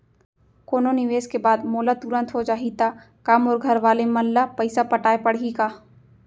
कोनो निवेश के बाद मोला तुरंत हो जाही ता का मोर घरवाले मन ला पइसा पटाय पड़ही का?